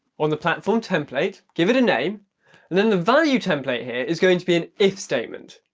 on the platform template, give it a name and then the value template here is going to be an if statement.